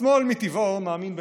השמאל מטבעו מאמין במהפכות.